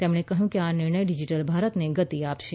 તેમણે કહ્યું કે આ નિર્ણય ડિજિટલ ભારતને ગતિ આપશે